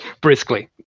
briskly